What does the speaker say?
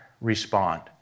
respond